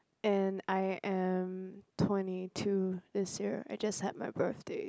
and I am twenty two this year I just had my birthday